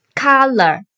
Color